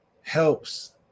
helps